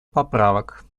поправок